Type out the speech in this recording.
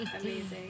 Amazing